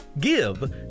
GIVE